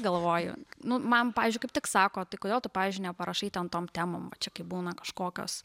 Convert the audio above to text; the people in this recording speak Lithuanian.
galvoju nu man pavyzdžiui kaip tik sako tai kodėl tu pavyzdžiui neparašai ten tom temom va čia kai būna kažkokios